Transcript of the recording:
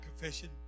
confession